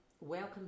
welcome